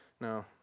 no